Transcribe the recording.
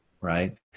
right